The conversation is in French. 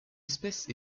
espèce